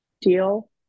deal